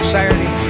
Saturday